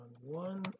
one